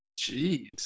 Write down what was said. Jeez